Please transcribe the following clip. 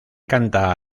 canta